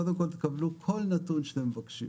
קודם כול תקבלו כל נתון שאתם מבקשים.